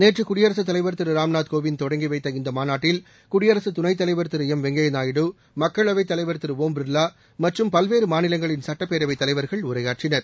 நேற்ற குடியரசுத் தலைவர் திரு ராம்நாத் கோவிந்த் தொடங்கிவைத்த இந்த மாநாட்டில் குடியரசு துணைத்தலைவர் திரு எம் வெங்கப்யா நாயுடு மக்களவைத் தலைவர் திரு ஓம் பிர்வா மற்றும பல்வேறு மாநிலங்களின் சட்டப்பேரவை தலைவர்கள் உரையாற்றினர்